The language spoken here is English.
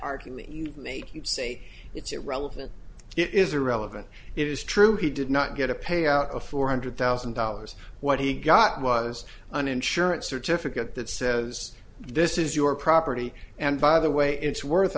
say it's irrelevant it is irrelevant it is true he did not get a payout of four hundred thousand dollars what he got was an insurance certificate that says this is your property and by the way it's worth